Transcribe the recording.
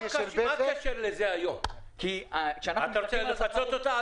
אתה רוצה לפצות אותה?